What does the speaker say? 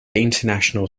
international